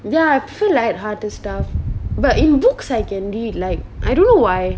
ya I prefer lighthearted stuff but in books I can read like I don't know why